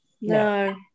No